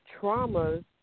traumas